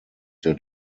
der